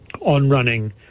on-running